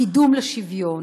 קידום השוויון,